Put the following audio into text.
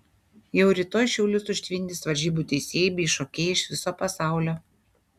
jau rytoj šiaulius užtvindys varžybų teisėjai bei šokėjai iš viso pasaulio